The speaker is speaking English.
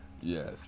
yes